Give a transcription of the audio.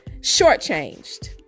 shortchanged